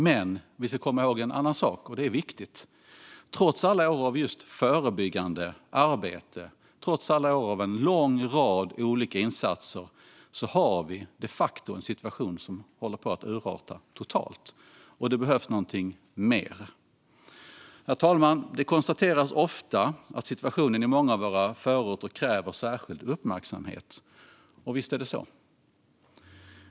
Vi ska dock komma ihåg en annan viktig sak: Trots alla år av just förebyggande arbete och en lång rad olika insatser har vi de facto en situation som håller på att urarta totalt. Det behövs någonting mer. Herr talman! Det konstateras ofta att situationen i många av våra förorter kräver särskild uppmärksamhet, och visst är det så.